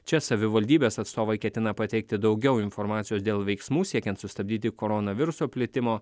čia savivaldybės atstovai ketina pateikti daugiau informacijos dėl veiksmų siekiant sustabdyti koronaviruso plitimo